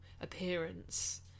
appearance